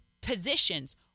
positions